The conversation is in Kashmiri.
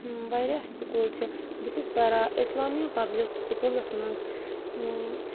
واریاہ سکوٗل چھِ بہٕ چھَس پَران اِسلامیا پَبلِک سکوٗلَس منٛز